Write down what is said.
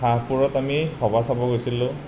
হাঁহপুৰত আমি সভা চাব গৈছিলোঁ